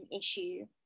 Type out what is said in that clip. issue